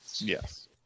Yes